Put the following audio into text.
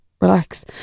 relax